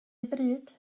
ddrud